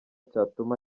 cyatuma